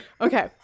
Okay